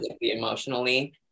emotionally